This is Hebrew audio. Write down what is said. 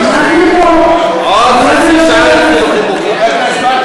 04:00. עוד חצי שעה יתחילו חיבוקים.